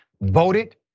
voted